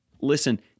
Listen